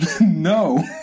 No